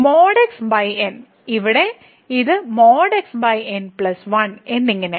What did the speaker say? | x | N ഇവിടെയും ഇത് |x| N 1 എന്നിങ്ങനെ